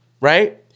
right